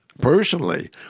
personally